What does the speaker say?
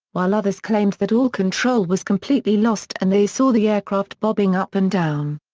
while others claimed that all control was completely lost and they saw the aircraft bobbing up and down.